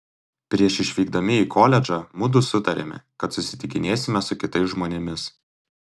prieš išvykdami į koledžą mudu sutarėme kad susitikinėsime su kitais žmonėmis